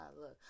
look